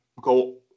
go